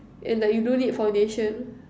and like you don't need foundation